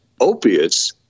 opiates